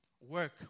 work